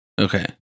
Okay